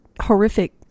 horrific